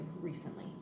recently